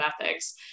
ethics